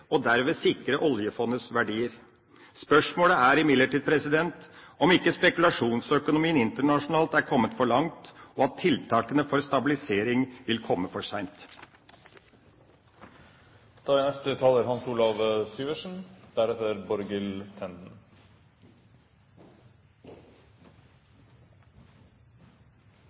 og derved sikre oljefondets verdier. Spørsmålet er imidlertid om ikke spekulasjonsøkonomien internasjonalt er kommet for langt, og at tiltakene for stabilisering vil komme for seint. Neste taler er Hans Olav Syversen,